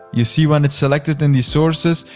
you see when it's selected in the sources,